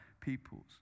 people's